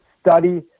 study